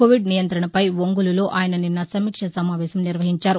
Covid నియం్రణపై ఒంగోలులో ఆయన నిన్న సమీక్షా సమావేశం నిర్వహించారు